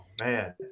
man